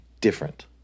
different